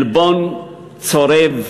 עלבון צורב.